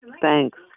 Thanks